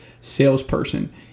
salesperson